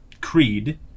creed